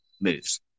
moves